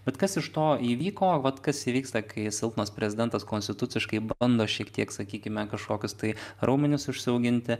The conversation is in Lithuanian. bet kas iš to įvyko vat kas įvyksta kai silpnas prezidentas konstituciškai bando šiek tiek sakykime kažkokius tai raumenis užsiauginti